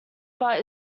but